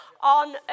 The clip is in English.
on